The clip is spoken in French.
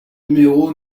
numéro